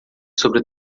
sobre